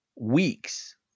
weeks